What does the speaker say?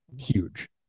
huge